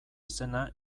izena